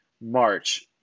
March